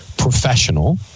Professional